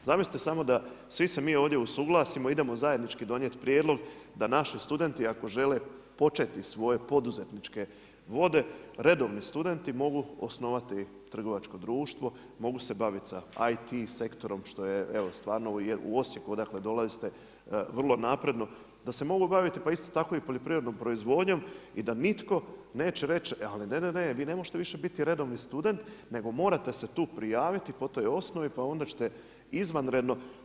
Zamislite samo da, svi se mi ovdje usuglasimo, idemo zajednički donijet prijedlog, da naši studenti ako žele početi svoje poduzetničke vode, redovni studenti mogu osnovati trgovačko društvo, mogu se bavit sa IT sektorom što je evo stvarno u Osijeku odakle dolazite vrlo napredno, da se mogu baviti pa isto tako i poljoprivrednom proizvodnjom i da nitko neće reći ali ne, ne, ne vi ne možete više biti redovni student nego morate se tu prijaviti po toj osnovi, pa onda ćete izvanredno.